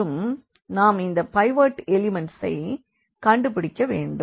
மற்றும் நாம் இந்த பைவோட் எலிமண்ட்ஸைக் கண்டுபிடிக்க வேண்டும்